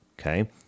Okay